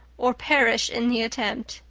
or perish in the attempt.